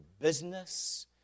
business